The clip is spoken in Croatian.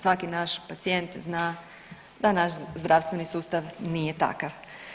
Svaki naš pacijent zna da naš zdravstveni sustav nije takav.